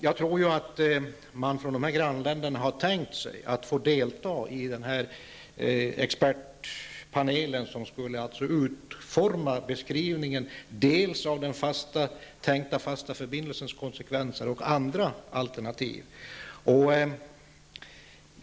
Jag tror att man i dessa grannländer har tänkt sig att få delta i den expertpanel som skulle utforma beskrivningen av den tänkta fasta förbindelsens konsekvenser och andra alternativ.